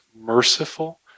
merciful